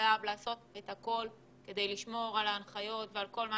לעשות את הכול כדי לשמור על ההנחיות ועל כל מה